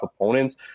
opponents